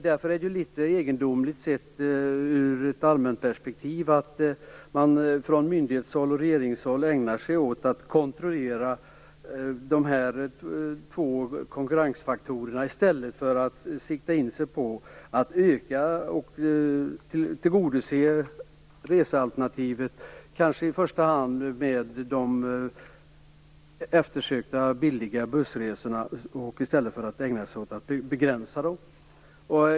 Därför är det litet egendomligt, sett ur ett allmänperspektiv, att man från myndighetshåll och regeringshåll ägnar sig åt att kontrollera dessa två konkurrensfaktorer i stället för att sikta in sig på att öka antalet resealternativ, kanske i första hand med de eftersökta billiga bussresorna. Man borde inte ägna sig åt att begränsa dem.